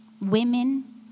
women